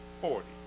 forty